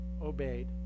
obeyed